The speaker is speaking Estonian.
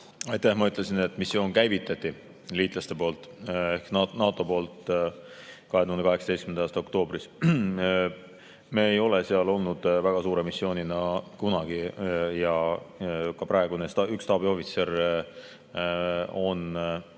Ma ütlesin, et missioon käivitati liitlaste poolt ehk NATO poolt 2018. aasta oktoobris. Me ei ole seal olnud väga suure [koosseisuga] kunagi. Praegune üks staabiohvitser on